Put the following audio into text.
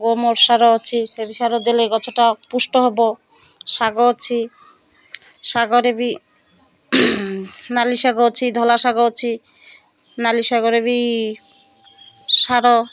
ଗୋମର ସାର ଅଛି ସେ ସାର ଦେଲେ ଗଛଟା ପୃଷ୍ଟ ହେବ ଶାଗ ଅଛି ଶାଗରେ ବି ନାଲି ଶାଗ ଅଛି ଧଳା ଶାଗ ଅଛି ନାଲି ଶାଗରେ ବି ସାର